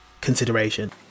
consideration